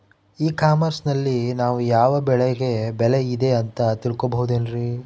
E commerce ನಲ್ಲಿ ನಾವು ಯಾವ ಬೆಳೆಗೆ ಬೆಲೆ ಇದೆ ಅಂತ ತಿಳ್ಕೋ ಬಹುದೇನ್ರಿ?